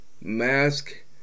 mask